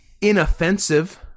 inoffensive